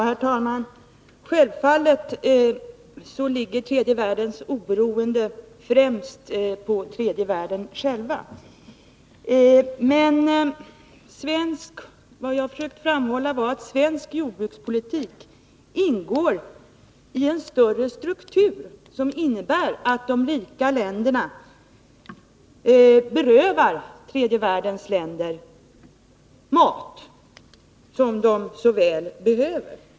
Herr talman! Självfallet ligger tredje världens oberoende främst på tredje världen själv. Men vad jag försökte framhålla var att svensk jordbrukspolitik 15 ingår i en större struktur som innebär att de rika länderna berövar trejde världens länder mat som de så väl behöver.